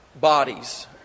bodies